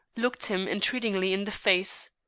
looked him entreatingly in the face.